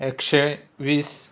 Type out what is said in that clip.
एकशें वीस